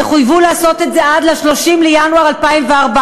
יחויבו לעשות את זה עד ל-30 בינואר 2014,